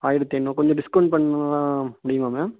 ஆயிரத்தி ஐநூறு கொஞ்சம் டிஸ்கவுண்ட் பண்ண முடியுமா மேம்